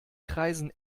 kreisen